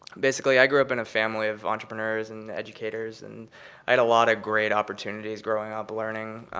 basically i grew up in a family of entrepreneurs and educators, and i had a lot of great opportunities growing up learning,